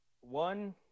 one